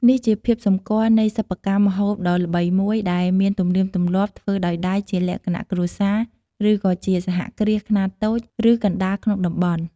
នេះជាភាពសម្គាល់នៃសិប្បកម្មម្ហូបដ៏ល្បីមួយ ដែលមានទំនៀមទម្លាប់ធ្វើដោយដៃជាលក្ខណៈគ្រួសារឬក៏ជាសហគ្រាសខ្នាតតូចឬកណ្ដាលក្នុងតំបន់។